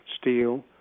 steel